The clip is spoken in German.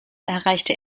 erreichte